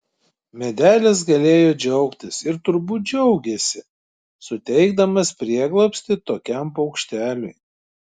medelis galėjo džiaugtis ir turbūt džiaugėsi suteikdamas prieglobstį tokiam paukšteliui